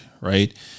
right